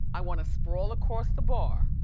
i wanna sprawl across the bar,